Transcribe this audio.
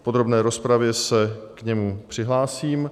V podrobné rozpravě se k němu přihlásím.